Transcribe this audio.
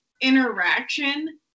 interaction